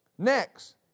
Next